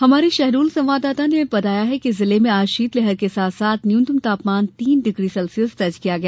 हमारे शहडोल संवाददाता ने बताया है कि जिले में आज शीतलहर के साथ साथ न्यूनतम तापमान तीन डिग्री सेल्सियस दर्ज किया गया